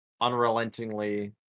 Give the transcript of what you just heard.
unrelentingly